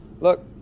look